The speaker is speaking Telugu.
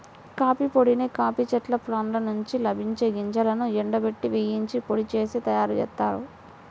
కాఫీ పొడిని కాఫీ చెట్ల పండ్ల నుండి లభించే గింజలను ఎండబెట్టి, వేయించి పొడి చేసి తయ్యారుజేత్తారు